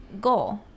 goal